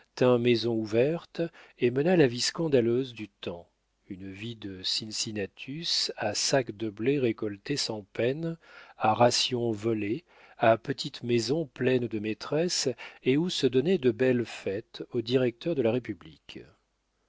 maison ouverte et mena la vie scandaleuse du temps une vie de cincinnatus à sacs de blé récolté sans peine à rations volées à petites maisons pleines de maîtresses et où se donnaient de belles fêtes aux directeurs de la république